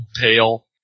pale